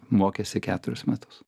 mokėsi keturis metus